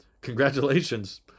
Congratulations